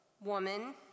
woman